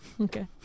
Okay